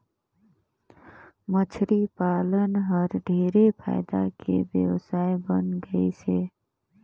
मछरी पालन हर ढेरे फायदा के बेवसाय बन गइस हे